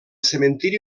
cementiri